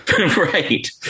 Right